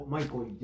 Michael